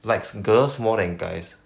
likes girls more than guys